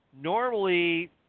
normally